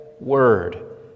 Word